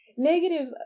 negative